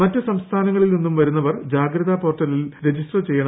മറ്റ് സംസ്ഥാനങ്ങളിൽ നിന്ന് വരുന്നവർ ജാഗ്രതാ പോർട്ടലിൽ രജിസ്റ്റർ ചെയ്യണം